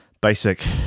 basic